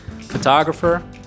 photographer